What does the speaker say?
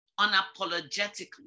unapologetically